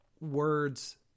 words